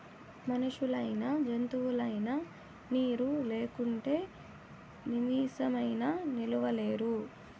మనుషులైనా జంతువులైనా నీరు లేకుంటే నిమిసమైనా నిలువలేరు